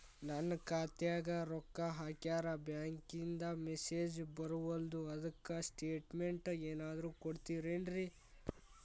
ನನ್ ಖಾತ್ಯಾಗ ರೊಕ್ಕಾ ಹಾಕ್ಯಾರ ಬ್ಯಾಂಕಿಂದ ಮೆಸೇಜ್ ಬರವಲ್ದು ಅದ್ಕ ಸ್ಟೇಟ್ಮೆಂಟ್ ಏನಾದ್ರು ಕೊಡ್ತೇರೆನ್ರಿ?